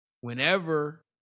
Whenever